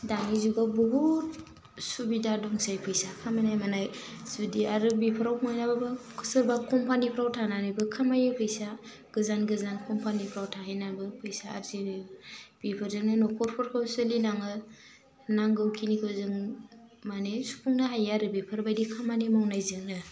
दानि जुगाव बहुत सुबिदा दंसै फैसा खामायनाय मानाय जुदि आरो बेफोराव मोनाबाबो सोरबा कम्फानिफ्राव थानानैबो खामायो फैसा गोजान गोजान कम्फानिफ्राव थाहैनाबो फैसा आरजियो बेफोरजोंनो न'खरफोरखौ सोलिलाङो नांगौखिनिखौ जों माने सुफुंनो हायो आरो बेफोरबायदि खामानि मावनायजोंनो